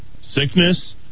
sickness